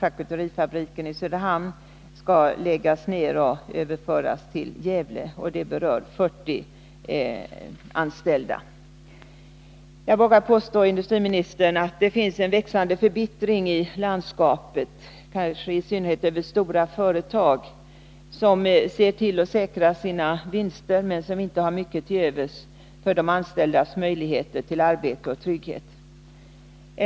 Jag vågar påstå, herr industriminister, att det finns en växande förbittring i landskapet, kanske i synnerhet över stora företag som ser till att säkra sina vinster men som inte har mycket till övers för de anställdas möjligheter till arbete och trygghet.